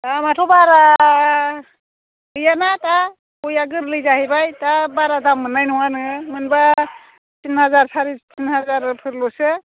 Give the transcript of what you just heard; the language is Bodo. दामआथ' बारा गैयाना दा गयआ गोरलै जाहैबाय दा बारा दाम मोननाय नङा नोङो मोनबा तिन हाजार साराइ तिन हाजारफोरल'सो